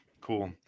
Cool